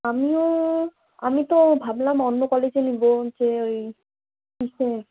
আমিও আমি তো ভাবলাম অন্য কলেজে নেবো যে ইসে